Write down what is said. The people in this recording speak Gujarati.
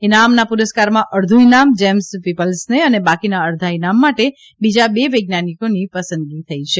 ઇનામના પુરસ્કારમાં અડધું ઇનામ જેમ્સ પીપલ્સને અને બાકીના અડધા ઇનામ માટે બીજા બે વિજ્ઞાનીઓની પસંદગી થઇ છે